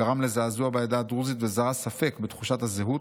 גרם לזעזוע בעדה הדרוזית וזרע ספק בתחושת הזהות,